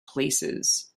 places